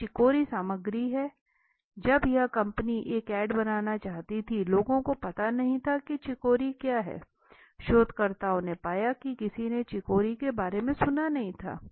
अब चिकोरी सामग्री है जब यह कंपनी एक ऐड बनाना चाहती थी लोगों को पता नहीं था कि चिकोरी क्या है शोधकर्ताओं ने पाया कि किसी ने चिकोरी के बारे में सुना नहीं था